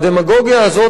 הדמגוגיה הזאת,